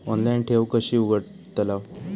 Online ठेव कशी उघडतलाव?